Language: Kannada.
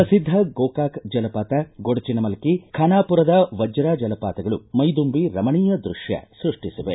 ಶ್ರಿದ್ಧ ಗೋಕಾಕ ಜಲಪಾತ ಗೊಡಚಿನಮಲ್ಲಿ ಖಾನಾಪುರದ ವಜ್ರಾಪೋಹಾ ಜಲಪಾತಗಳು ಮೈದುಂಬಿ ರಮಣೇಯ ದೃಶ್ಯ ಸೃಷ್ಟಿಸಿವೆ